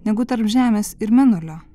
negu tarp žemės ir mėnulio